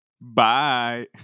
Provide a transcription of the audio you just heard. bye